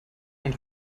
und